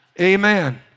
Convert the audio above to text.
Amen